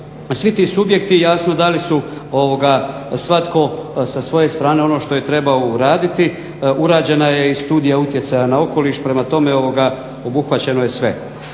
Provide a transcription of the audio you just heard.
svi ti subjekti jasno dali su svatko sa svoje strane ono što je trebao uraditi. Urađena je i studija utjecaja na okoliš. Prema tome, obuhvaćeno je sve.